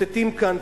מצטטים כאן,